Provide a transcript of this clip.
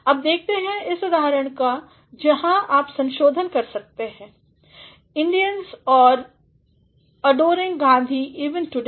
अब देखते हैं इस उदाहरण को जहाँ आप संशोधन कर सकते हैं Indians are adoring Gandhi even today